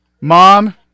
Mom